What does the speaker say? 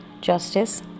justice